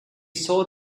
saw